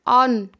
on